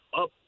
up